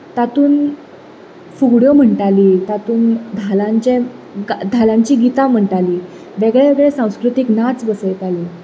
तातूंत फुगड्यो म्हणटालीं तातूंत धालांचे धालांचीं गितां म्हणटालीं वेगळे वेगळे संस्कृतीक नाच बसयतालीं